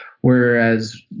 whereas